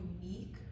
unique